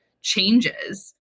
changes